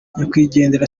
nyakwigendera